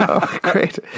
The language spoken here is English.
Great